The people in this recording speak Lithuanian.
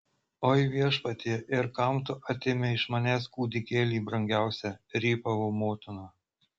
oi viešpatie ir kam tu atėmei iš manęs kūdikėlį brangiausią rypavo motina